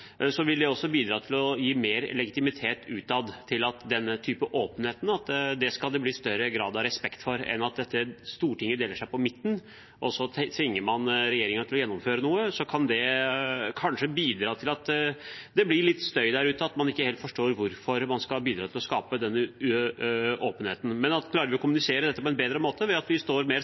vil det også bidra til å gi mer legitimitet utad, slik at det blir en større grad av respekt for denne typen åpenhet, enn om dette stortinget deler seg på midten. Tvinger man regjeringen til å gjennomføre noe, kan det kanskje bidra til at det blir litt støy der ute, og at man kanskje ikke helt forstår hvorfor man skal bidra til å skape denne åpenheten. Klarer vi å kommunisere dette på en bedre måte ved at vi står mer